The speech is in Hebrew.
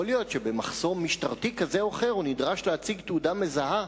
יכול להיות שבמחסום משטרתי כזה או אחר הוא נדרש להציג תעודה מזהה,